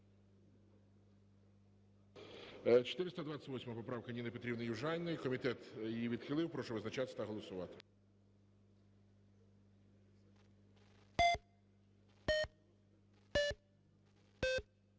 428 поправка Ніни Петрівни Южаніної. Комітет її відхилив. Прошу визначатись та голосувати.